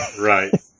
Right